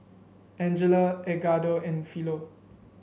Angela Edgardo and Philo